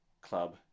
club